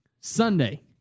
Sunday